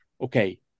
Okay